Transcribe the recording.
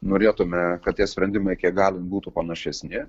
norėtume kad tie sprendimai kiek galim būtų panašesni